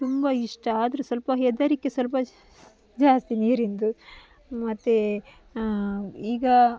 ತುಂಬ ಇಷ್ಟ ಆದ್ರೂ ಸ್ವಲ್ಪ ಹೆದರಿಕೆ ಸ್ವಲ್ಪ ಜಾಸ್ತಿ ನೀರಿಂದು ಮತ್ತು ಈಗ